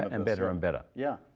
um and better, and better. yeah,